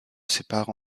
sépare